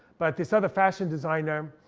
but this other fashion designer